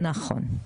נכון,